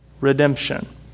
redemption